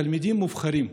תלמידים מובחרים.